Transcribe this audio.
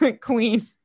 queen